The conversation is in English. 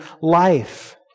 life